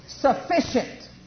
sufficient